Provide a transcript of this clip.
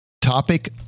topic